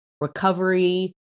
recovery